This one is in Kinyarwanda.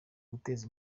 guteza